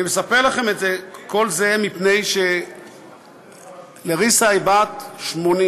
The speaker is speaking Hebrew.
אני מספר לכם את כל זה מפני שלריסה היא בת 80,